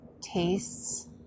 tastes